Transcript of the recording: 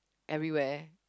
everywhere